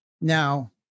Now